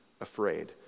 afraid